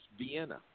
Vienna